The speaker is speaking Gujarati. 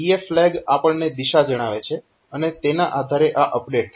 DF ફ્લેગ આપણને દિશા જણાવે છે અને તેના આધારે આ અપડેટ થાય છે